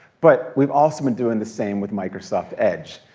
but we've also been doing the same with microsoft edge.